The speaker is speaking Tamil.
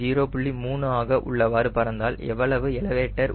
3 ஆக உள்ளவாறு பறந்தால் எவ்வளவு எலவேட்டர்